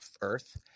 earth